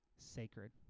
sacred